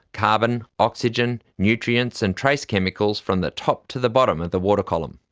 carbon, oxygen nutrients and trace chemicals from the top to the bottom of the water column.